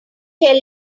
tell